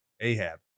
Ahab